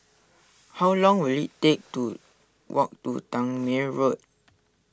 how long will it take to walk to Tangmere Road